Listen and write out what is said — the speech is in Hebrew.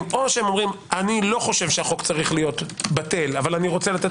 או אני לא חושב שהחוק צריך להיות בטל אבל רוצה לתת